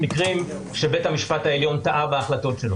תכבד אותו, תיתן לו להשיב בבקשה.